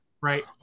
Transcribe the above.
Right